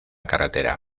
carretera